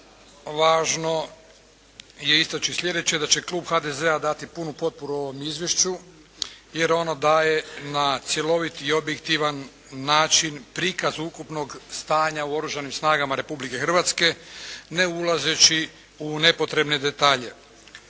važno je istaći slijedeće, da će Klub HDZ-a dati punu potporu ovom izvješću jer ono daje na cjelovit i objektivan način prikaz ukupnog stanja u Oružanim snagama Republike Hrvatske, ne ulazeći u nepotrebne detalje.